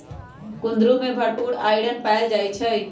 कुंदरू में भरपूर आईरन पाएल जाई छई